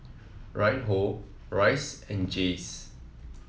Reinhold Rhys and Jayce